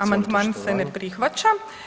Amandman se ne prihvaća.